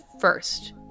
first